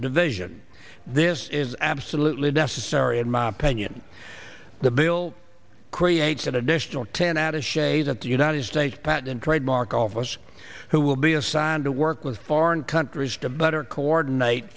division this is absolutely necessary in my opinion the bill creates an additional ten out of say that the united states patent and trademark office who will be assigned to work with foreign countries to better coordinate